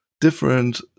different